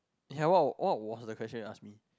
ya what what was the question you ask me